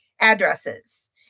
addresses